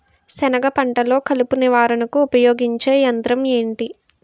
సెనగ పంటలో కలుపు నివారణకు ఉపయోగించే యంత్రం ఏంటి?